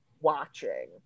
watching